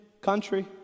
country